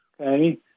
Okay